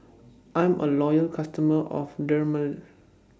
I'm A Loyal customer of Dermale